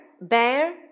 Bear